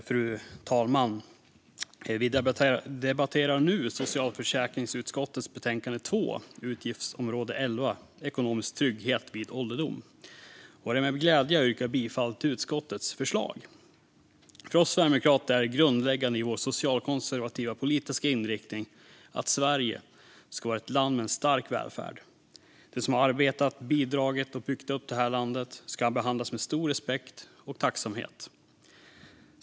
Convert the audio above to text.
Fru talman! Vi debatterar nu socialförsäkringsutskottets betänkande 2 om utgiftsområde 11 Ekonomisk trygghet vid ålderdom. Det är med glädje jag yrkar bifall till utskottets förslag. För oss sverigedemokrater är det grundläggande i vår socialkonservativa politiska inriktning att Sverige ska vara ett land med en stark välfärd. De som arbetat, bidragit och byggt upp det här landet ska behandlas med stor respekt och tacksamhet.